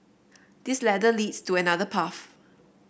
this ladder leads to another path